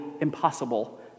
impossible